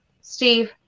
Steve